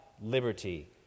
liberty